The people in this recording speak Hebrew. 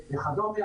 וכדומה.